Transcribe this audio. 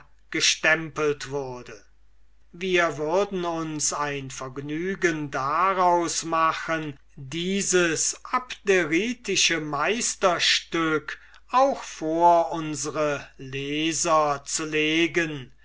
gestempelt wurde wir würden uns ein vergnügen daraus machen dieses abderitische meisterstück auch vor unsre leser zu legen